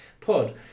pod